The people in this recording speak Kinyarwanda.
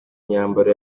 myambaro